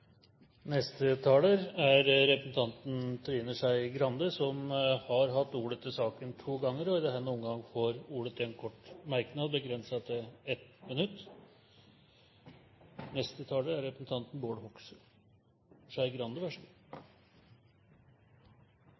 Representanten Trine Skei Grande har hatt ordet to ganger tidligere og får ordet til en kort merknad, begrenset til 1 minutt. Det er